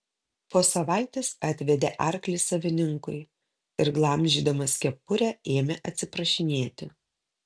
po savaitės atvedė arklį savininkui ir glamžydamas kepurę ėmė atsiprašinėti